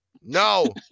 no